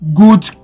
good